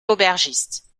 l’aubergiste